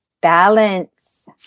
balance